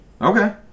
Okay